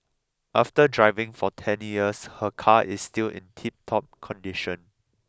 after driving for ten years her car is still in tiptop condition